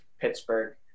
Pittsburgh